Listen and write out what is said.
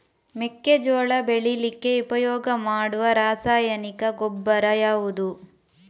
ಮೆಕ್ಕೆಜೋಳ ಬೆಳೀಲಿಕ್ಕೆ ಉಪಯೋಗ ಮಾಡುವ ರಾಸಾಯನಿಕ ಗೊಬ್ಬರ ಯಾವುದು?